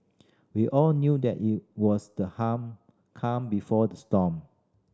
we all knew that it was the harm calm before the storm